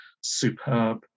superb